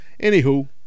Anywho